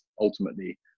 ultimately